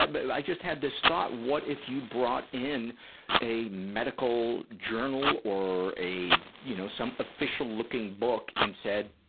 i but i just had this thought, thought, what if you brought in a medical journal or a, you know, some official-looking book and said,